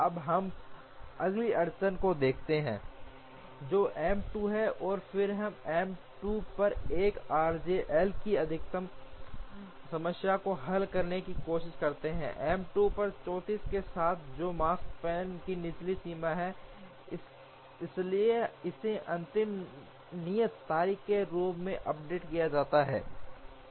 अब हम अगली अड़चन को देखते हैं जो M 2 है और फिर हम M 2 पर 1 rj L की अधिकतम समस्या को हल करने की कोशिश करते हैं M 2 पर 34 के साथ जो कि Makespan की निचली सीमा है इसलिए इसे अंतिम नियत तारीख के रूप में अपडेट किया जाता है